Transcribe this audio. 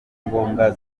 ngombwa